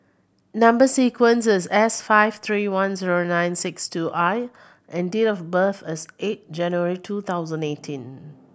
number sequence is S five three one zero nine six two I and date of birth is eight January two thousand eighteen